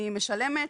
אני משלמת,